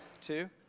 Two